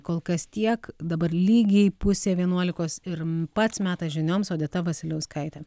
kol kas tiek dabar lygiai pusė vienuolikos ir pats metas žinioms odeta vasiliauskaitė